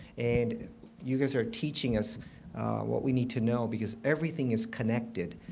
and you guys are teaching us what we need to know, because everything is connected.